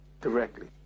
directly